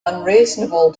unreasonable